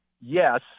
Yes